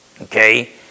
Okay